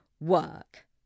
work